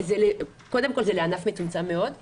קודם כל זה לענף מצומצם או